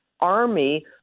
army